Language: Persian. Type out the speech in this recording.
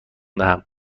دهم